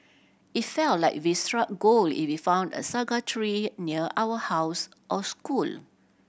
it felt like we struck gold if we found a saga tree near our house or school